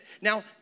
Now